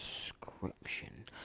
description